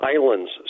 islands